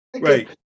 right